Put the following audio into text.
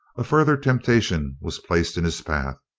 a further temptation was placed in his path,